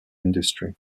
industry